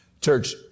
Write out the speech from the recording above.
Church